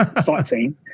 sightseeing